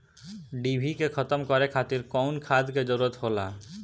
डिभी के खत्म करे खातीर कउन खाद के जरूरत होला?